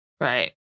right